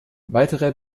weitere